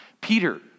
Peter